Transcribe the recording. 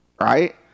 right